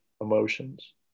emotions